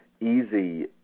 easy